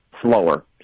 slower